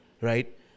right